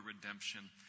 redemption